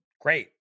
great